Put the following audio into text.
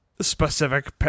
specific